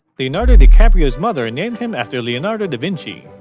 leonardo dicaprio's mother and named him after leonardo da vinci.